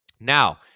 now